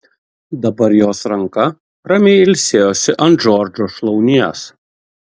dabar jos ranka ramiai ilsėjosi ant džordžo šlaunies